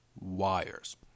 wires